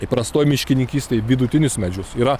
įprastoj miškininkystėj vidutinius medžius yra